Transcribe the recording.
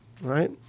right